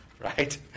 right